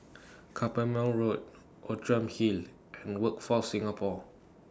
Carpmael Road Outram Hill and Workforce Singapore